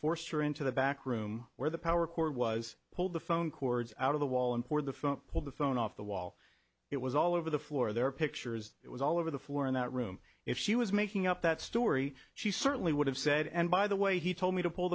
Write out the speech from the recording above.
forced her into the back room where the power cord was pulled the phone cords out of the wall and poured the phone pulled the phone off the wall it was all over the floor there are pictures it was all over the floor in that room if she was making up that story she certainly would have said and by the way he told me to pull